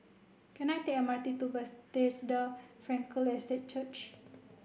can I take M R T to Frankel Estate Church